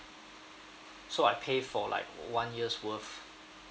so I pay for like one year's worth